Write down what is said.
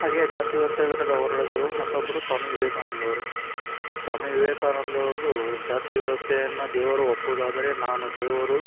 ಹಾಗೆಯೇ ಜಾಸ್ತಿ ವ್ಯವಸ್ಥೆಯ ವಿರುದ್ಧ ಹೋರಾಡಿದರು ಮತ್ತೊಬ್ಬರು ಸ್ವಾಮಿ ವಿವೇಕಾನಂದ ಅವರು ಸೊ ಸ್ವಾಮಿ ವಿವೇಕಾನಂದ ಅವರು ಜಾತಿ ವ್ಯವವಸ್ಥೆಯನ್ನು ದೇವರು ಒಪ್ಪೋದಾದರೆ ನಾನು ದೇವರು